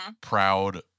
proud